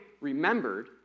remembered